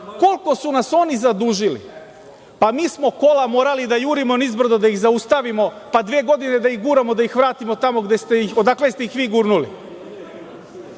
Koliko su nas oni zadužili? Pa, mi smo kola morali da jurimo nizbrdo da ih zaustavimo, pa dve godine da ih guramo da ih vratimo tamo odakle ste ih vi gurnuli.